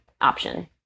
option